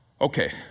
Okay